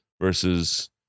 versus